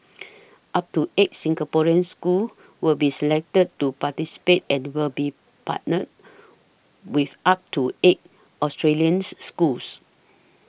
up to eight Singaporean schools will be selected to participate and will be partnered with up to eight Australians schools